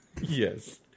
yes